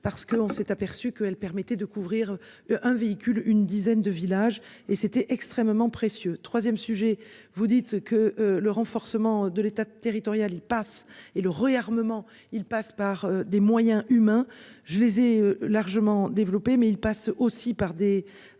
parce qu'on s'est aperçu que elle permettait de couvrir un véhicule une dizaine de villages et c'était extrêmement précieux 3ème sujet, vous dites que le renforcement de l'État, territoriale, il passe et le réarmement il passe par des moyens humains. Je les ai largement développé, mais il passe aussi par des.